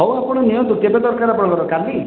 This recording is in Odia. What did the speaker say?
ହଉ ଆପଣ ନିଅନ୍ତୁ କେବେ ଦରକାର ଆପଣଙ୍କର କାଲି